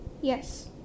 Yes